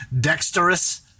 Dexterous